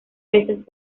peces